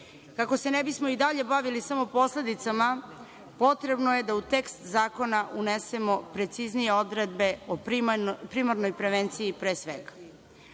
kako se ne bismo i dalje bavili samo posledicama, potrebno je da u tekst zakona unesemo preciznije odredbe o primarnoj prevenciji, pre svega. Iz